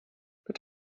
mit